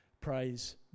Praise